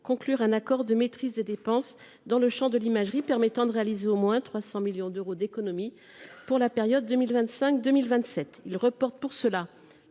conclure un accord de maîtrise des dépenses dans le champ de l’imagerie permettant de réaliser au moins 300 millions d’euros d’économies sur la période 2025 2027. À cet effet,